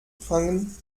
fangen